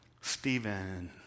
Stephen